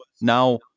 now